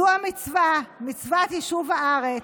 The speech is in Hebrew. זו המצווה, מצוות יישוב הארץ,